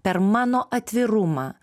per mano atvirumą